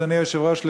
אדוני היושב-ראש,